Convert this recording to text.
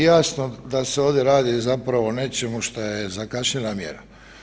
Jasno da se ovdje radi zapravo o nečemu što je zakašnjela mjera.